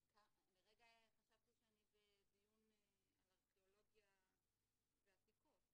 לרגע חשבתי שאני בדיון על ארכיאולוגיה ועתיקות.